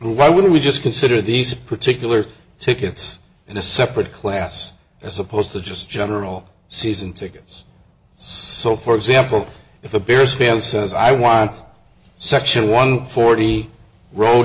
why would we just consider these particular tickets in a separate class as opposed to just general season tickets so for example if a pierce fan says i want section one forty road